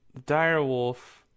direwolf